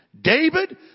David